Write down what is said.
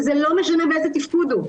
וזה לא משנה באיזה תפקוד הוא.